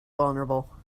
vulnerable